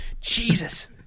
Jesus